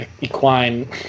equine